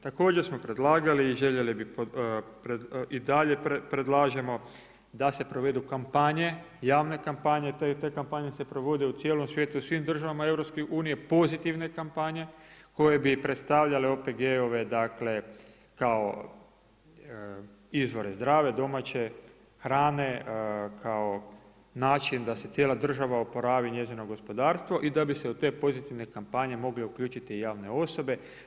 Također smo predlagali i željeli bi i dalje predlažemo da se provedu kampanje, javne kampanje i te kampanje se provode u cijelom svijetu, u svim državama Europske unije pozitivne kampanje koje bi predstavljale OPG-ove kao izvore zdrave, domaće hrane kao način da se cijela država oporavi, njezino gospodarstvo i da bi se u te pozitivne kampanje mogle uključiti i javne osobe.